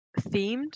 themed